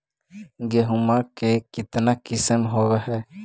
गेहूमा के कितना किसम होबै है?